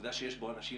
העובדה שיש בו אנשים,